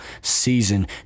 season